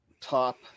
top